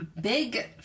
big